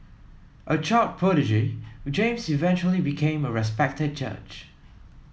a child prodigy James eventually became a respected judge